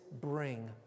bring